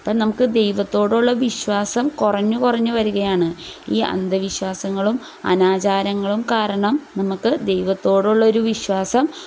അപ്പം നമുക്ക് ദൈവത്തോടുള്ള വിശ്വാസം കുറഞ്ഞുകുറഞ്ഞു വരികയാണ് ഈ അന്ധവിശ്വാസങ്ങളും അനാചാരങ്ങളും കാരണം നമുക്ക് ദൈവത്തോടുള്ളൊരു വിശ്വാസം